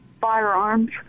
firearms